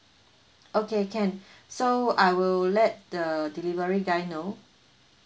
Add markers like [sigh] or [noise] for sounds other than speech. okay can [breath] so I will let the delivery guy know